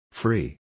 free